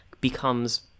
becomes